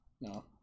No